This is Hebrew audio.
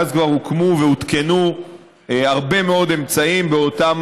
מאז כבר הוקמו והותקנו הרבה מאוד אמצעים באותן